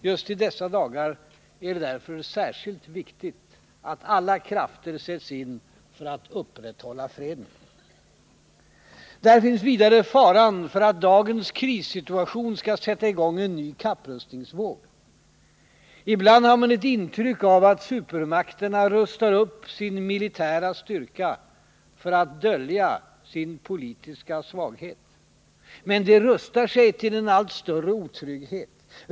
Just i dessa dagar är det därför särskilt viktigt att alla krafter sätts in för att upprätthålla freden. Där finns vidare faran för att dagens krissituation skall sätta i gång en ny kapprustningsvåg. Ibland har man ett intryck av att supermakterna rustar uppssin militära styrka för att dölja sin politiska svaghet. Men de rustar sig till en allt större otrygghet.